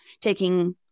taking